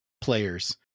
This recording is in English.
players